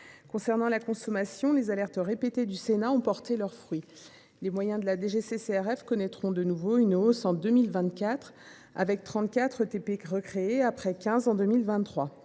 de la consommation, les alertes répétées du Sénat ont porté leurs fruits : les moyens de la DGCCRF connaîtront de nouveau une hausse en 2024, avec 34 ETPT recréés, après 15 en 2023.